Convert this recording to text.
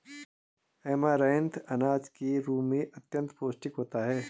amaranth अनाज के रूप में अत्यंत पौष्टिक होता है